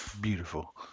Beautiful